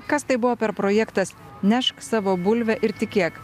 kas tai buvo per projektas nešk savo bulvę ir tikėk